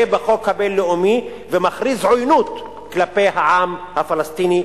בחוק הבין-לאומי ומכריז עוינות כלפי העם הפלסטיני,